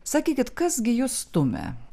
sakykit kas gi jus stumia